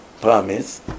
promise